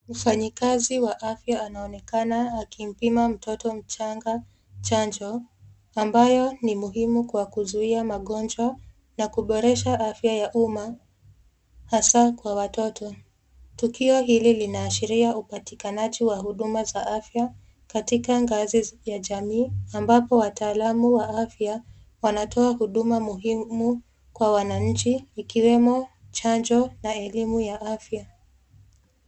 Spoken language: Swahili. Mfanyakazi wa afya anaonekana akipima mtoto mchanga chanjo ambayo ni muhimu kwa kuzuia magonjwa na kuboresha afya ya umma hasa kwa watoto. Tukio hilo linaashiria upatikanaji wa huduma za afya katika ngazi ya jamii ambapo wataalamu wa afya wanatoa huduma muhimu kwa wananchi ikiwemo chanjo na elimu ya afya.